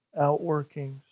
outworkings